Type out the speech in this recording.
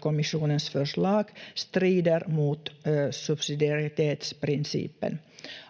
kommissionens förslag strider mot subsidiaritetsprincipen.